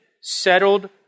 settled